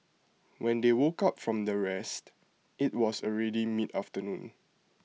when they woke up from their rest IT was already mid afternoon